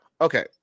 Okay